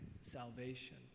salvation